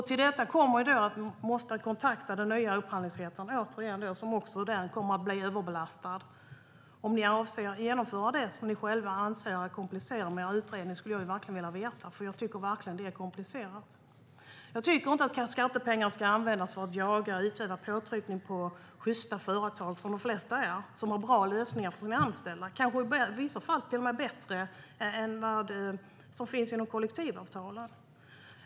Till detta kommer att man måste kontakta den nya upphandlingsmyndigheten, som också den kommer att bli överbelastad. Jag skulle verkligen vilja veta om ni avser att genomföra det som ni själva anser är komplicerat med er utredning, för jag tycker att det mycket komplicerat. Skattepengar ska inte användas för att jaga och utöva påtryckning på sjysta företag, vilket de flesta är. De har bra lösningar för sina anställda, kanske i vissa fall bättre än vad som finns i kollektivavtal.